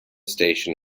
station